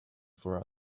for